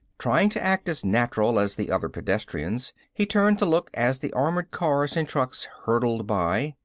trying to act as natural as the other pedestrians, he turned to look as the armored cars and trucks hurtled by.